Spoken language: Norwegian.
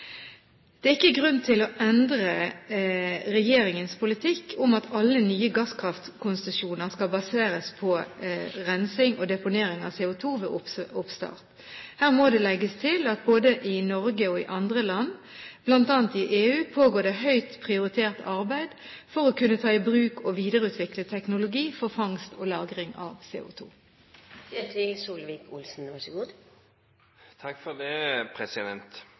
Det er ikke grunn til å endre regjeringens politikk om at alle nye gasskraftkonsesjoner skal baseres på rensing og deponering av CO2 ved oppstart. Her må det legges til at både i Norge og i andre land, bl.a. i EU, pågår det høyt prioritert arbeid for å kunne ta i bruk og videreutvikle teknologi for fangst og lagring av